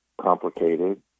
complicated